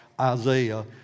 Isaiah